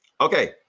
Okay